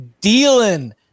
dealing